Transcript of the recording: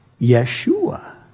Yeshua